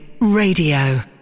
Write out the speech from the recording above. Radio